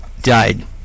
died